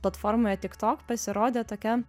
platformoje tik tok pasirodė tokia